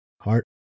heart